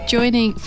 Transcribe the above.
Joining